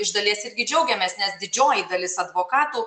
iš dalies irgi džiaugiamės nes didžioji dalis advokatų